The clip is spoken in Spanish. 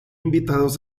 invitados